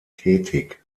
tätig